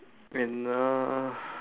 and uh